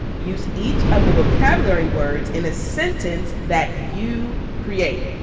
use each of the vocabulary words in a sentence that you create.